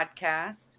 podcast